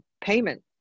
payment